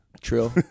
True